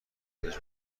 پزشک